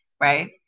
right